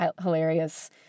hilarious